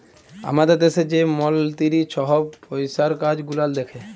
আমাদের দ্যাশে যে মলতিরি ছহব পইসার কাজ গুলাল দ্যাখে